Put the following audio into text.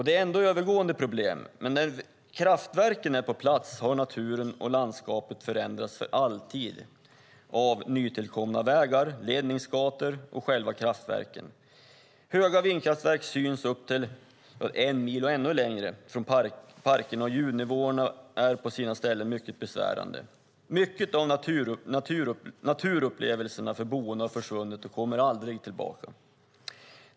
Det är ändå övergående problem, men när kraftverken är på plats har naturen och landskapet förändrats för alltid av nytillkomna vägar, ledningsgator och själva kraftverken. Höga vindkraftverk syns upp till en mil och ännu längre från parkerna, och ljudnivåerna är mycket besvärande på sina ställen. Mycket av naturupplevelserna för de boende har försvunnit och kommer aldrig tillbaka.